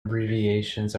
abbreviations